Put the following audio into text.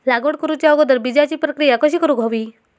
लागवड करूच्या अगोदर बिजाची प्रकिया कशी करून हवी?